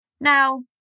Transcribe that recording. Now